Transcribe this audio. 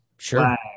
sure